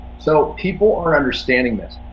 so people are understanding this.